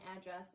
address